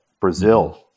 Brazil